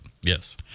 Yes